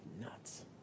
nuts